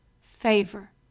favor